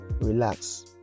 Relax